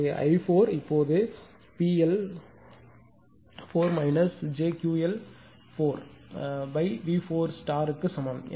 எனவே i4 இப்போது V4க்கு சமம்